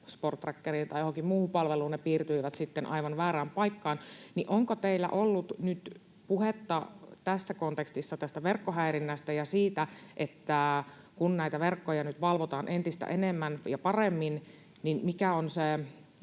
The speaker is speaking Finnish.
Sports Trackeriin tai johonkin muuhun palveluun se piirtyi aivan väärään paikkaan — niin onko teillä ollut nyt puhetta tässä kontekstissa tästä verkkohäirinnästä ja siitä, että kun näitä verkkoja nyt valvotaan entistä enemmän ja paremmin, niin mikä on se